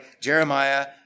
Jeremiah